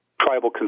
tribal